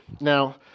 Now